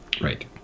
Right